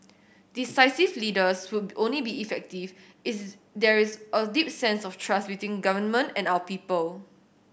decisive leaders would only be effective is there is a deep sense of trust between government and our people